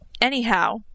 Anyhow